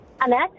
Annette